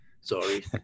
Sorry